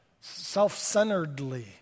self-centeredly